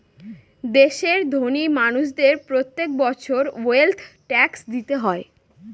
দেশের ধোনি মানুষদের প্রত্যেক বছর ওয়েলথ ট্যাক্স দিতে হয়